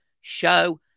show